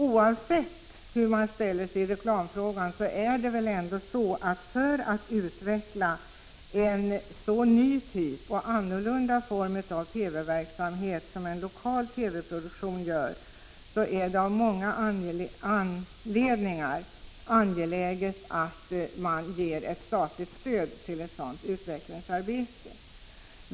Oavsett hur man ställer sig i reklamfrågan är det väl ändå av många skäl angeläget att man tillstyrker förslag om statligt stöd till arbetet för att utveckla en sådan ny typ och annorlunda form av TV-produktion.